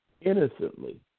innocently